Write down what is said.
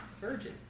virgin